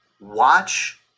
watch